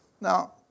Now